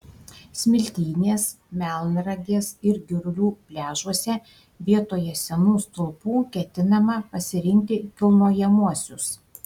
smiltynės melnragės ir girulių pliažuose vietoje senų stulpų ketinama pasirinkti kilnojamuosius